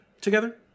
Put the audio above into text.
together